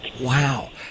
Wow